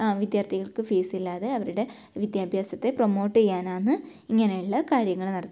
വിദ്യാർത്ഥികൾക്ക് ഫീസില്ലാതെ അവരുടെ വിദ്യാഭ്യാസത്തെ പ്രൊമോട്ട് ചെയ്യാനാന്ന് ഇങ്ങനെയുള്ള കാര്യങ്ങൾ